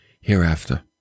hereafter